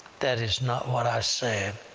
that is not what i said.